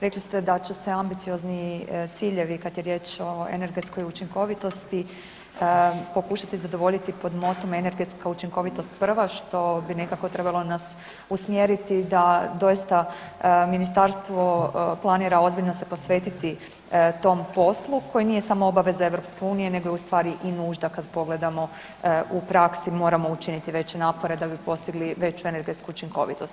Rekli ste da će se ambiciozni ciljevi, kad je riječ o energetskoj učinkovitosti pokušati zadovoljiti pod motom „Energetska učinkovitost prva“, što bi nekako trebalo nas usmjeriti da doista Ministarstvo planira ozbiljno se posvetiti tom poslu koji nije samo obaveza EU nego je ustvari i nužda kad pogledamo u praksi, moramo učiniti veće napore da bi postigli veću energetsku učinkovitost.